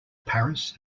paris